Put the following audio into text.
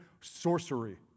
Sorcery